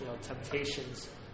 temptations